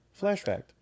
Flashback